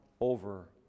over